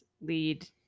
lead